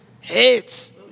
Hits